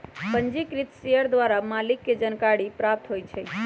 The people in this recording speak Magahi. पंजीकृत शेयर द्वारा मालिक के जानकारी प्राप्त होइ छइ